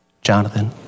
Jonathan